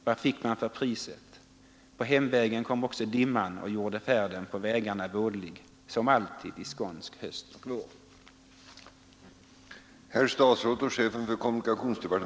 Vad fick man för priset? På hemvägen kom också dimman och gjorde färden på vägarna vådlig, som alltid i skånsk höst och vår.”